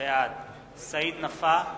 בעד סעיד נפאע,